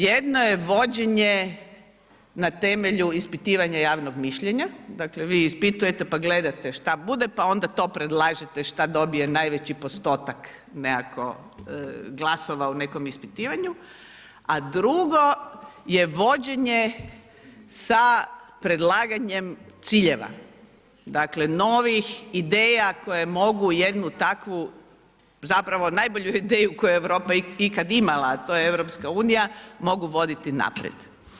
Jedno je vođenje na temelju ispitivanja javnog mišljenja, dakle vi ispitujete pa gledate šta bude pa onda to predlaže šta dobije najveći postotak nekako glasova u nekom ispitivanju a drugo je vođenje sa predlaganjem ciljeva, dakle novih ideja koje mogu jednu takvu zapravo ideju koju je Europa ikad imala a to je EU, mogu voditi naprijed.